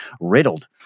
riddled